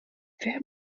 wer